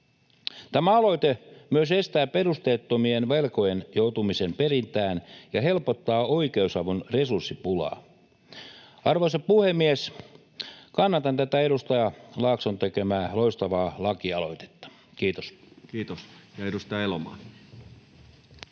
Tämä aloite myös estää perusteettomien velkojen joutumisen perintään ja helpottaa oikeusavun resurssipulaa. Arvoisa puhemies! Kannatan tätä edustaja Laakson tekemää loistavaa lakialoitetta. — Kiitos. [Speech 267]